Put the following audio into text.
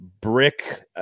Brick